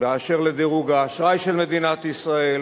באשר לדירוג האשראי של מדינת ישראל,